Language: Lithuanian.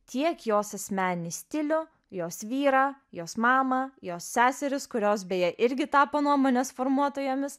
tiek jos asmeninį stilių jos vyrą jos mamą jos seseris kurios beje irgi tapo nuomonės formuotojomis